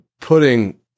putting